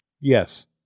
Yes